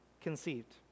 conceived